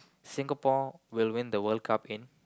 Singapore will win the World Cup in